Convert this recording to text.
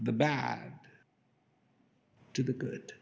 the bad to the good